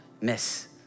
miss